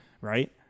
right